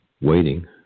waiting